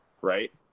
right